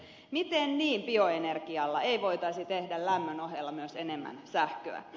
miten niin bioenergialla ei voitaisi tehdä lämmön ohella myös enemmän sähköä